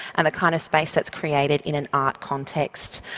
and the kind of space that's created in an art context,